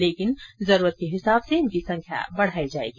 लेकिन जरूरत के हिसाब से इनकी संख्या बढ़ायी जाएगी